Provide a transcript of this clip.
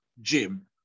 gym